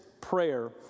prayer